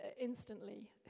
instantly